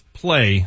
play